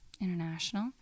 international